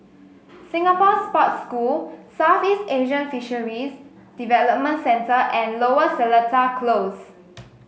Singapore Sports School Southeast Asian Fisheries Development Centre and Lower Seletar Close